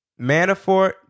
Manafort